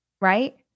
right